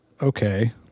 okay